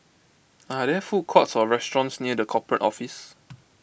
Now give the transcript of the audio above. are there food courts or restaurants near the Corporate Office